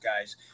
guys